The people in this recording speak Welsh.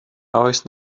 oes